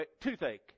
toothache